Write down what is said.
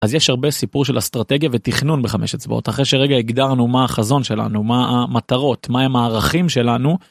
אז יש הרבה סיפור של אסטרטגיה ותכנון בחמש אצבעות אחרי שרגע הגדרנו מה החזון שלנו מה המטרות מהם הערכים שלנו.